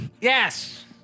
Yes